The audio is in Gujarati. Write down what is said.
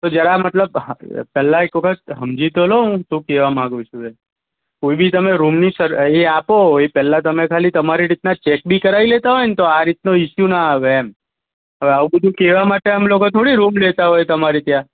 તો જરા મતલબ હા પેલા એકવખત સમજી તો લો હું શું કહેવા માંગુ છું એ કોઈ બી તમે રૂમની સર એ આપો એ પહેલાં તમે ખાલી તમારી રીતના ચેક બી કરાવી લેતા હોયને તો આ રીતનો ઇસ્યુ ના આવે એમ હવે આવું બધું કહેવા માટે અમે લોકો થોડી રૂમ લેતા હોઈએ તમારે ત્યાં